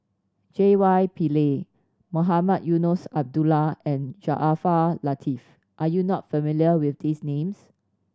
J Y Pillay Mohamed Eunos Abdullah and Jaafar Latiff are you not familiar with these names